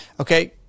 Okay